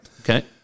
Okay